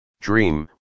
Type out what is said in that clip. Dream